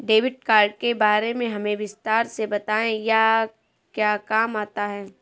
Debit card के बारे में हमें विस्तार से बताएं यह क्या काम आता है?